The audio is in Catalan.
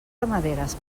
ramaderes